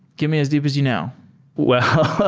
give me as deep as you know well,